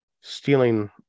stealing